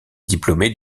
diplômée